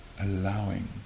allowing